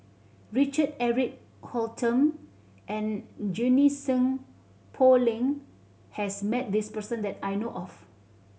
Richard Eric Holttum and Junie Sng Poh Leng has met this person that I know of